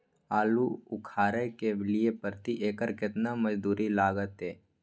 आलू उखारय के लिये प्रति एकर केतना मजदूरी लागते?